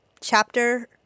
chapter